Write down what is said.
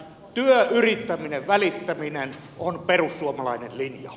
työ yrittäminen välittäminen se on perussuomalainen linja